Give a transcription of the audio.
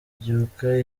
mbyuka